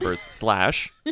slash